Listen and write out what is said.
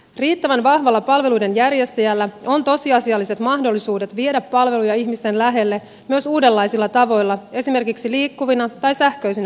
riittävän vahvalla palveluiden järjestäjällä on tosiasialliset mahdollisuudet viedä palveluja ihmisten lähelle myös uudenlaisilla tavoilla esimerkiksi liikkuvina tai sähköisinä palveluina